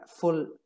full